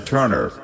Turner